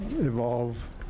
evolve